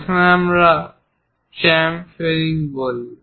যেটিকে আমরা চ্যামফেরিং বলি